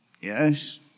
Yes